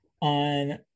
on